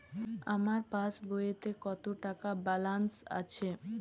আমার পাসবইতে কত টাকা ব্যালান্স আছে?